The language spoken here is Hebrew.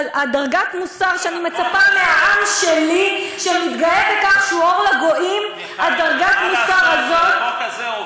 דרגת המוסר שאני מצפה מהעם שלי, אבל החוק הזה,